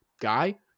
guy